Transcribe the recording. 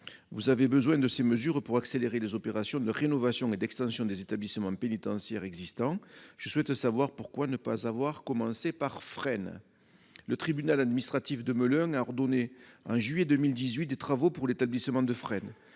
Vous avez besoin de ces mesures pour accélérer les opérations de rénovation et d'extension des établissements pénitentiaires existants ... Pourquoi ne pas avoir commencé par Fresnes ? En juillet 2018, le tribunal administratif de Melun a ordonné des travaux pour l'établissement de Fresnes.